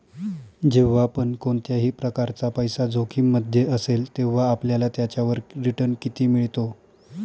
जेव्हा पण कोणत्याही प्रकारचा पैसा जोखिम मध्ये असेल, तेव्हा आपल्याला त्याच्यावर रिटन किती मिळतो?